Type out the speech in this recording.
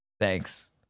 Thanks